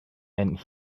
and